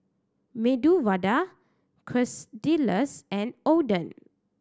Medu Vada Quesadillas and Oden